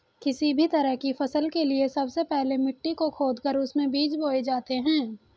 किसी भी तरह की फसल के लिए सबसे पहले मिट्टी को खोदकर उसमें बीज बोए जाते हैं